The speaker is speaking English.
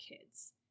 Kids